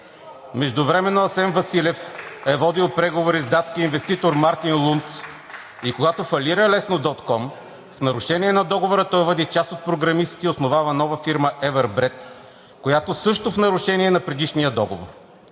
Междувременно Асен Василев е водил преговори с датския инвеститор Мартин Лундс и когато фалира „Лесно.ком“, в нарушение на договора, той води част от програмистите и основава нова фирма Everbread, която също е в нарушение на предишния договор.